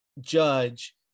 Judge